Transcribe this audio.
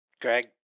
Greg